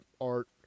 art